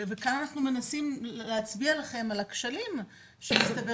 וכאן אנחנו מנסים להצביע לכם על הכשלים שמסתבר